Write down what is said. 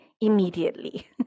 immediately